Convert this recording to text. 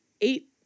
eight